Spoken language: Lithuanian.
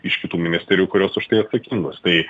iš kitų ministerijų kurios už tai atsakingos tai